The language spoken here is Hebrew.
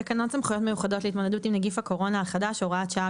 לחוק סמכויות מיוחדות להתמודדות עם נגיף הקורונה החדש (הוראת שעה),